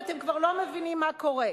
ואתם כבר לא מבינים מה קורה.